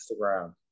Instagram